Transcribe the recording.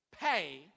Pay